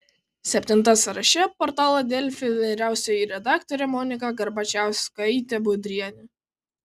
septinta sąraše portalo delfi vyriausioji redaktorė monika garbačiauskaitė budrienė